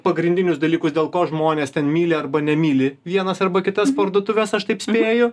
pagrindinius dalykus dėl ko žmonės ten myli arba nemyli vienas arba kitas parduotuves aš taip spėju